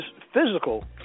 physical